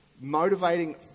motivating